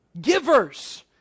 Givers